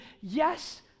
yes